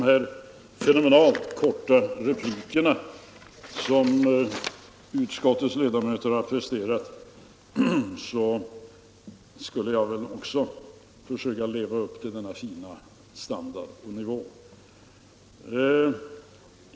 Herr talman! Utskottets ledamöter har presterat fenomenalt korta repliker, och jag borde väl också försöka nå upp till denna fina nivå.